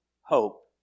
hope